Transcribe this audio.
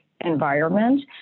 environment